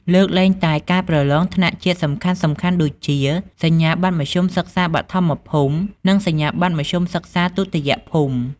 លើកលែងតែការប្រឡងថ្នាក់ជាតិសំខាន់ៗដូចជា សញ្ញាបត្រមធ្យមសិក្សាបឋមភូមិ និងសញ្ញាបត្រមធ្យមសិក្សាទុតិយភូមិ ។